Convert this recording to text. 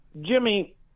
Jimmy